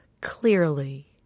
clearly